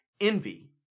envy